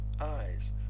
Eyes